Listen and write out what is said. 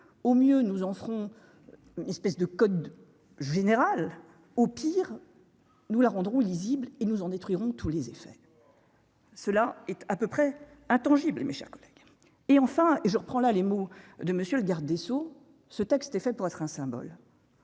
au mieux, nous en serons espèce de code général au pire nous la rendrons lisible et nous en détruirons tous les effets, cela est à peu près intangible, mes chers collègues, et enfin, et je reprends là les mots de monsieur le garde des Sceaux, ce texte est fait pour être un symbole.